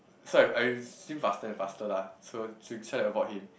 so I I swim faster and faster lah so try try to avoid him